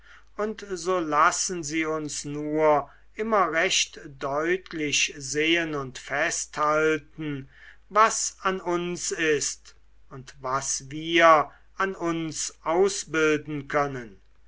und so lassen sie uns nur immer recht deutlich sehen und festhalten was an uns ist und was wir an uns ausbilden können